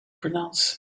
pronounce